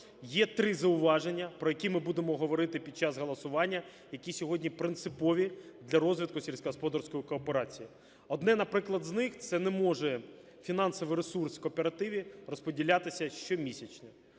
Є три зауваження, про які ми будемо говорити під час голосування, які сьогодні принципові для розвитку сільськогосподарської кооперації. Одне, наприклад, з них – це не може фінансовий ресурс в кооперативі розподілятися щомісячно.